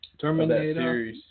Terminator